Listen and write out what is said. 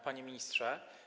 Panie Ministrze!